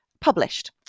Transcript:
published